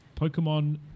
Pokemon